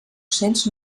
cents